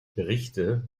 berichte